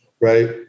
Right